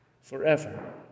forever